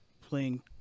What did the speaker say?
playing